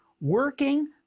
working